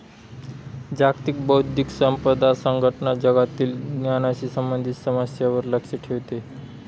जागतिक बौद्धिक संपदा संघटना जगातील ज्ञानाशी संबंधित समस्यांवर लक्ष ठेवते